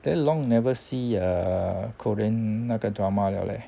very long never see err korean 那个 drama liao leh